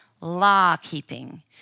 law-keeping